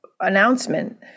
announcement